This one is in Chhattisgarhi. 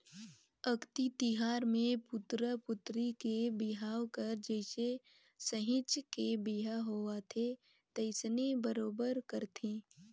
अक्ती तिहार मे पुतरा पुतरी के बिहाव हर जइसे सहिंच के बिहा होवथे तइसने बरोबर करथे